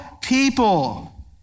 people